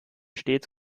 stets